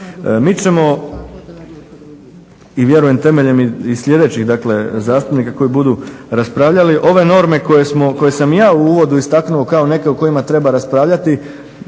Mi ćemo i vjerujem temeljem i sljedećih dakle zastupnika koji budu raspravljali ove norme koje smo, koje sam i ja u uvodu istaknuo kao neke o kojima treba raspravljati